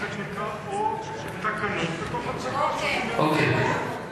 החקיקה או בתקנות בתוך הצבא, אוקיי.